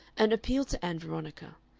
and appealed to ann veronica,